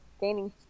gaining